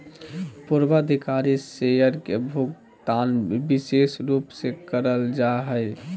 पूर्वाधिकारी शेयर के भुगतान विशेष रूप से करल जा हय